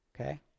Okay